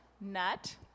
nut